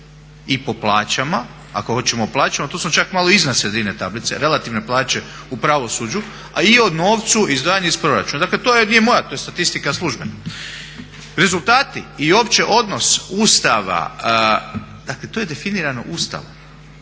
i po plaćama ako hoćemo o plaćama, tu smo čak malo iznad sredine tablice, relativne plaće u pravosuđu, a i o novcu izdvajanje iz proračuna. dakle to nije moja statistika, to je službena. Rezultati i uopće odnos Ustava to je definirano Ustavom